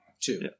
Two